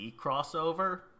crossover